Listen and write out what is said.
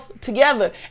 together